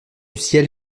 ciel